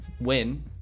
win